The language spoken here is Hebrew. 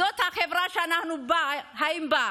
זאת החברה שאנחנו חיים בה.